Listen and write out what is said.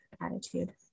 attitude